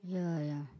yeah yeah